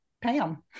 Pam